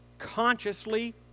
consciously